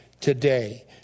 today